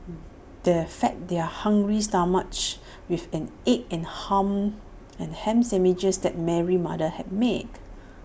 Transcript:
they fed their hungry stomachs with the egg and ham and sandwiches that Mary's mother had made